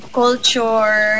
culture